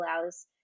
allows